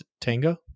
Tango